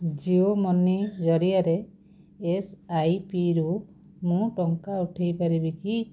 Jio money ଜରିଆରେ ଏସଆଇପିରୁ ମୁଁ ଟଙ୍କା ଉଠାଇ ପାରିବି କି